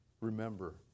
Remember